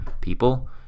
people